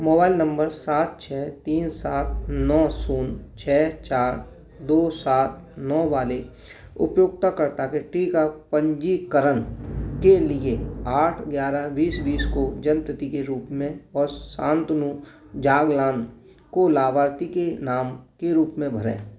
mobile number सात छः तीन सात नौ शून्य छः चार दो सात नौ वाले उपयोगकर्ता के टीका पंजीकरण के लिए आठ ग्यारह बीस बीस को जन्मतिथि के रूप में और सांतनु जागलान को लाभार्थी के नाम के रूप में भरें